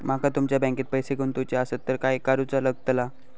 माका तुमच्या बँकेत पैसे गुंतवूचे आसत तर काय कारुचा लगतला?